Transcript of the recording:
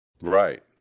Right